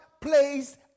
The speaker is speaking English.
placed